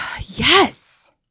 Yes